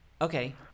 okay